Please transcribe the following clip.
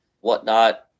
whatnot